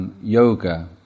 Yoga